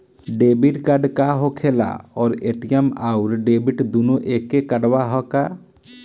Debit card का होखेला और ए.टी.एम आउर डेबिट दुनों एके कार्डवा ह का?